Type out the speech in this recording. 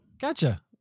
Gotcha